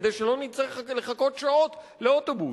כדי שלא נצטרך לחכות שעות לאוטובוס.